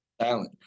silent